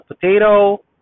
potato